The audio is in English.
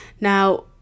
Now